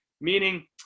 meaning